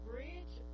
Bridge